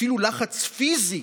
אפילו של לחץ פיזי,